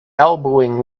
elbowing